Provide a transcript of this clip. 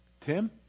Tim